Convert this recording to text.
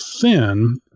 thin